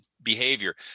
behavior